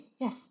yes